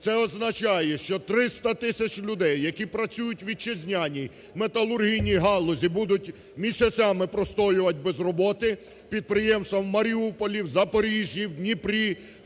Це означає, що 300 тисяч людей, які працюють у вітчизняній металургійній галузі, будуть місяцями простоювати без роботи, підприємства в Маріуполі, в Запоріжжі, в Дніпрі,